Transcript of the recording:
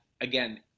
again